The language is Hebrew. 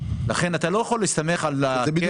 לכן אתה לא יכול להסתמך על הקרן,